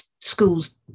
schools